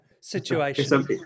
situation